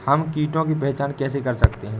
हम कीटों की पहचान कैसे कर सकते हैं?